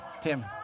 Tim